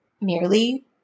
merely